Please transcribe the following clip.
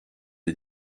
des